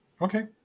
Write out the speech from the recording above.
Okay